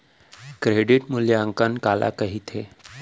Credit मूल्यांकन काला कहिथे?